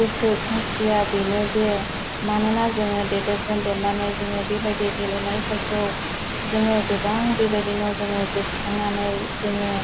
गोसो खांथिया बेनो जे मानोना जोङो देरदोखोन देरनानै जोङो बेबायदि गेलेनायफोरखौ जोङो गोबां बेबायदिनो जोङो गोसोखांनानै जोङो